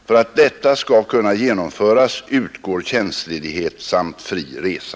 För att detta skall kunna genomföras utgår tjänstledighet samt fri resa.